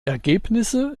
ergebnisse